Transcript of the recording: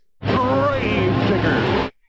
Gravedigger